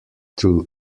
through